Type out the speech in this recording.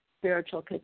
spiritual